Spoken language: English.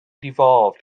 devolved